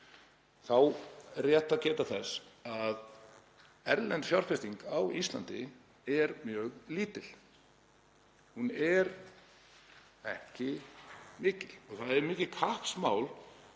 er rétt að geta þess að erlend fjárfesting á Íslandi er mjög lítil. Hún er ekki mikil. Það er mikið kappsmál